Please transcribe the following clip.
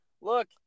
look